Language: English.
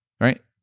right